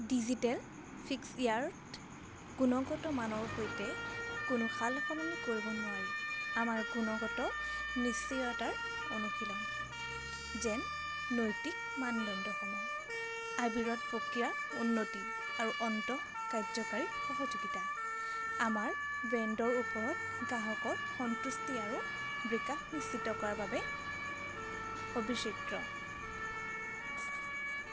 digital স্ফিয়াৰত গুণগত মানৰ সৈতে কোনো সালসলনি কৰিব নোৱাৰি আমাৰ গুণগত নিশ্চয়তাৰ অনুশীলন যেন নৈতিক মানদণ্ডসমূহ অবিৰত প্ৰক্ৰিয়াৰ উন্নতি আৰু আন্তঃকাৰ্য্যকৰী সহযোগিতা আমাৰ ব্ৰেণ্ডৰ ওপৰত গ্ৰাহকৰ সন্তুষ্টি আৰু বিকাশ নিশ্চিত কৰাৰ বাবে অবিচ্ছেদ্য